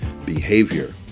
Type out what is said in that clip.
behavior